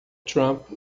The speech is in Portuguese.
trump